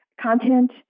content